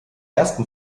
ersten